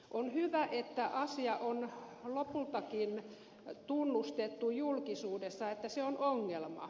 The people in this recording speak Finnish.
on hyvä että asia on lopultakin tunnustettu julkisuudessa että se on ongelma